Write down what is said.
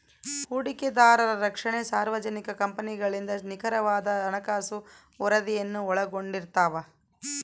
ಹೂಡಿಕೆದಾರರ ರಕ್ಷಣೆ ಸಾರ್ವಜನಿಕ ಕಂಪನಿಗಳಿಂದ ನಿಖರವಾದ ಹಣಕಾಸು ವರದಿಯನ್ನು ಒಳಗೊಂಡಿರ್ತವ